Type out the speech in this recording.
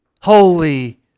holy